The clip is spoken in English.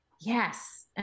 Yes